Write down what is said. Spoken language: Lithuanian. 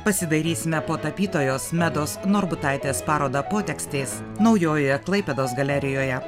pasidairysime po tapytojos medos norbutaitės parodą potekstės naujojoje klaipėdos galerijoje